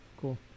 cool